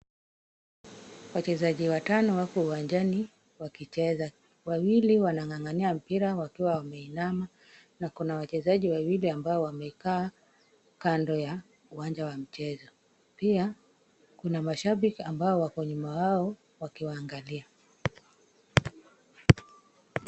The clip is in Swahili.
Wachezaji watano wako uwanjani wakicheza. Wawili wanang'ang'ania mpira wakiwa wameinama na kuna wachezaji wawili ambao wamekaa kando ya uwanja wa michezo. Pia, kuna mashabiki ambao wako nyuma yao wakiwaangalia.